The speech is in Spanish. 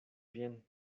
bien